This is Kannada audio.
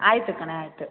ಆಯ್ತು ಕಣೆ ಆಯ್ತು